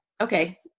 Okay